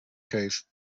case